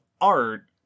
art